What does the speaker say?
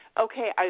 okay